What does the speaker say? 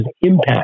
impact